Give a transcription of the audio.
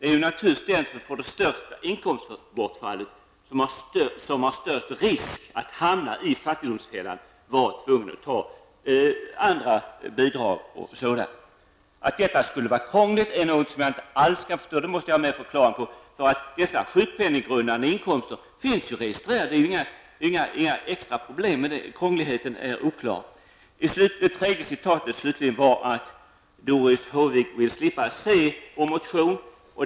Det är naturligtvis den som får det största inkomstbortfallet som löper största risken att hamna i fattigdomsfällan och blir tvungen att ta ut andra bidrag och sådant. Att detta skulle vara krångligt förstår jag inte alls. Det måste någon förklara för mig. Sjukpenninggrundande inkomster finns ju registrerade. Det är väl inga problem med det. Det tredje citatet är att Doris Håvik vill slippa se vår motion.